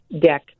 deck